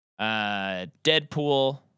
Deadpool